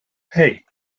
hey